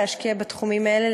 להשקיע בתחומים האלה,